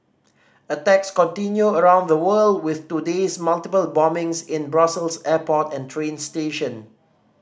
attacks continue around the world with today's multiple bombings in Brussels airport and train station